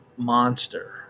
monster